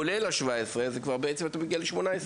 כולל 17. אז אתה בעצם מגיע כבר ל-18.